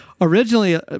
Originally